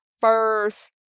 first